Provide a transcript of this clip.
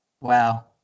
Wow